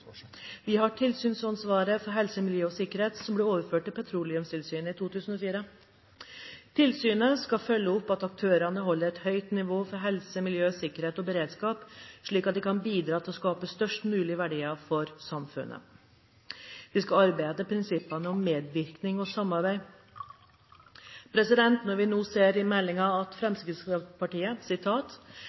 Vi har tilsynsansvaret for helse, miljø og sikkerhet, som ble overført til Petroleumstilsynet i 2004. Tilsynet skal følge opp at aktørene holder et høyt nivå når det gjelder helse, miljø, sikkerhet og beredskap, slik at de kan bidra til å skape størst mulig verdier for samfunnet. De skal arbeide etter prinsippene om medvirkning og samarbeid. I Innst. 333 S skriver Fremskrittspartiet at de «mener at